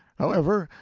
however,